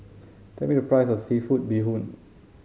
tell me the price of seafood bee hoon